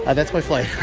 ah that's my flight.